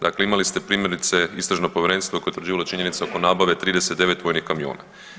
Dakle, imali ste primjerice istražno povjerenstvo koje je utvrđivalo činjenice oko nabave 39 vojnih kamiona.